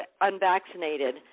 unvaccinated